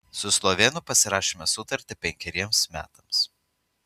su slovėnu pasirašėme sutartį penkeriems metams